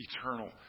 eternal